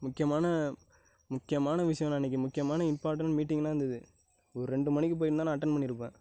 முக்கியமான முக்கியமான விஷியோண்ணே இன்றைக்கி முக்கியமான இம்பார்ட்டன் மீட்டிங்கெலாம் இருந்தது ஓர் ரெண்டு மணிக்கு போயிருந்தால் நான் அட்டென் பண்ணியிருப்பேன்